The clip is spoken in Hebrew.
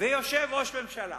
ויושב ראש הממשלה,